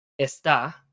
está